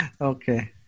Okay